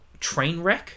Trainwreck